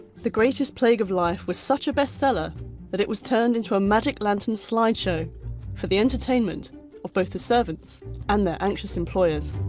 the greatest plague of life was such a bestseller that it was turned into a magic lantern slide show for the entertainment of both the servants and their anxious employers.